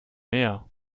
mehr